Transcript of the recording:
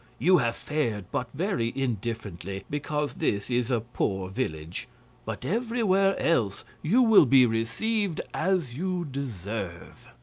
you have fared but very indifferently because this is a poor village but everywhere else, you will be received as you deserve.